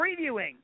previewing